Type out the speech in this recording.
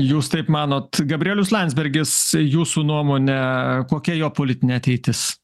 jūs taip manot gabrielius landsbergis jūsų nuomone kokia jo politinė ateitis